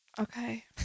Okay